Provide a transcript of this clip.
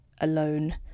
alone